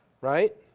Right